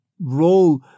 role